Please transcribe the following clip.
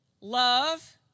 love